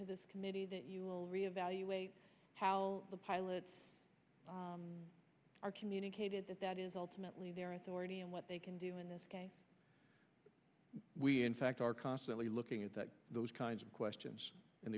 to this committee that you will reevaluate how the pilots are communicated that that is ultimately their authority and what they can do in this case we in fact are constantly looking at those kinds of questions and